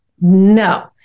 no